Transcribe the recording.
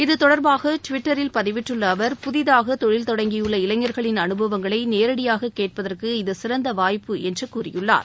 இத்தொடர்பாக டுவிட்டரில் பதிவிட்டுள்ள அவர் புதிதாக தொழில் தொடங்கியுள்ள இளைஞர்களின் அனுபவங்களை நேரடியாக கேட்பதற்கு இது சிறந்த வாய்ப்பு என்று கூறியுள்ளார்